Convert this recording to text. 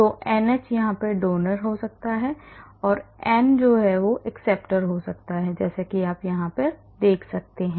तो NH दाता हो सकता है और N स्वीकर्ता हो सकता है जैसा कि आप यहां देख सकते हैं